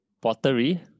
Pottery